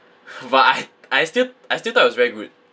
but I I still I still thought it was very good